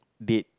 date